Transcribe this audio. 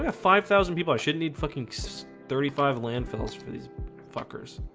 ah five thousand people i shouldn't need fuckin thirty five landfills for these fuckers